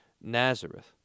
Nazareth